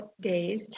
days